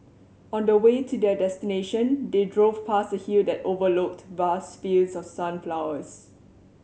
on the way to their destination they drove past a hill that overlooked vast fields of sunflowers